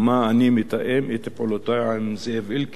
מה, אני מתאם את פעולותי עם זאב אלקין?